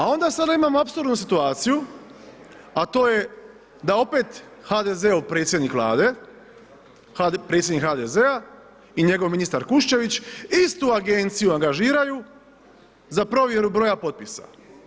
Onda sada imamo apsurdnu situaciju, a to je da opet HDZ-ov predsjednik vlade, predsjednik HDZ-a i njegov ministar Kuščević istu agenciju angažiraju za provjeru broja potpisa.